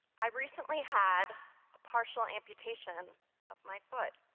i recently had a partial amputation of my foot.